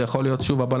זה יכול להיות הבלניות.